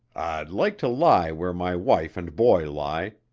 i'd like to lie where my wife and boy lie,